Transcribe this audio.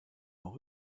auch